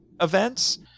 events